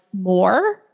more